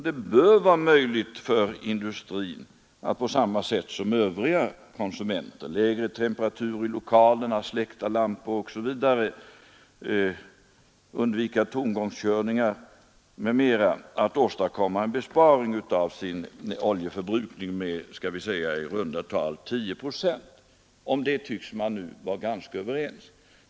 Det bör vara möjligt för industrin att på samma sätt som övriga konsumenter — genom lägre temperatur i lokalerna, släckta lampor, undvikande av tomgångskörning osv. — åstadkomma en minskning av oljeförbrukningen med skall vi säga i runda tal 10 procent. Om det tycks man nu vara ganska överens.